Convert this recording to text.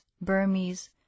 Burmese